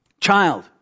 Child